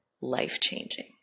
life-changing